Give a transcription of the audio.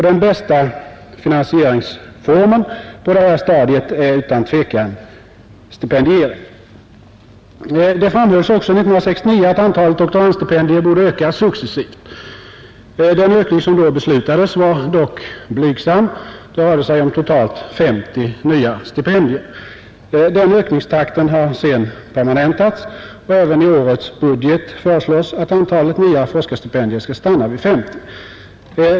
Den bästa finansieringsformen på det här stadiet är utan tvivel stipendiering. Det framhölls också 1969 att antalet doktorandstipendier borde öka successivt. Den ökning som då beslutades var dock blygsam. Det rörde sig om totalt 50 nya stipendier. Den ökningstakten har sedan permanentats, och även i årets budget föreslås att antalet nya forskarstipendier skall stanna vid 50.